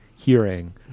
hearing